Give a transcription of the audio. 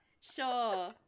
Sure